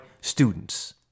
students